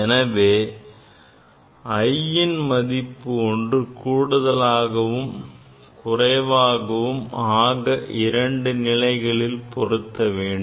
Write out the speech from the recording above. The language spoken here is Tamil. எனவே iன் மதிப்பு ஒன்று கூடுதலாகவும் குறைவாகவும் ஆக இரண்டு நிலைகளில் பொருத்த வேண்டும்